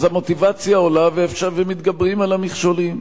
אז המוטיבציה עולה ומתגברים על המכשולים.